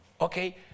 okay